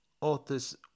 authors